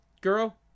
girl